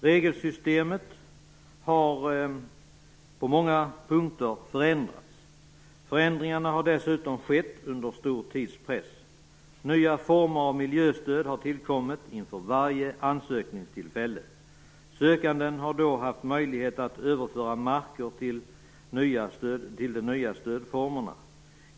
Regelsystemet har på många punkter förändrats. Förändringarna har dessutom genomförts under stor tidspress. Nya former av miljöstöd har tillkommit inför varje ansökningstillfälle. Sökanden har då haft möjlighet att överföra marker till att omfattas av de nya stödformerna.